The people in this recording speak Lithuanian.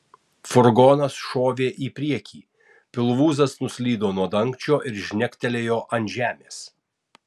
furgonas šovė į priekį pilvūzas nuslydo nuo dangčio ir žnegtelėjo ant žemės